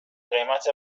قیمت